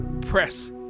Press